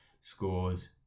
scores